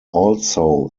also